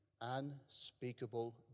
unspeakable